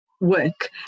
work